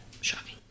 shocking